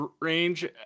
range